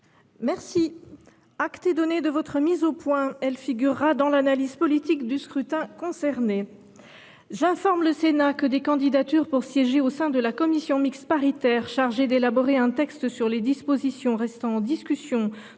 Acte est donné de votre mise au point, ma chère collègue. Elle figurera dans l’analyse politique du scrutin concerné. J’informe le Sénat que des candidatures pour siéger au sein de la commission mixte paritaire chargée d’élaborer un texte sur les dispositions restant en discussion